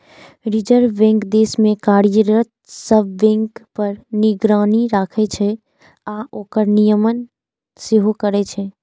reserve bank देश मे कार्यरत सब बैंक पर निगरानी राखै छै आ ओकर नियमन सेहो करै छै